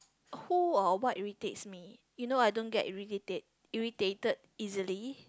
who or what irritates me you know I don't get irrita~ irritated easily